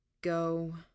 Go